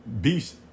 beast